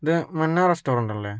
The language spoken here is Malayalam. ഇത് മുന്ന റെസ്റ്റോറന്റ്ല്ലെ